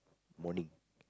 morning